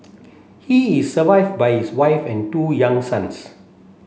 he is survived by his wife and two young sons